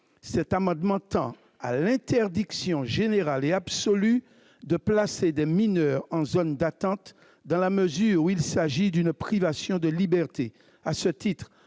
cet amendement tend à l'interdiction générale et absolue de placer des mineurs en zone d'attente, dans la mesure où il s'agit d'une privation de liberté.